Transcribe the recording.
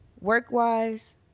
work-wise